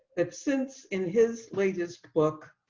that since in his latest book,